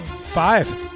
Five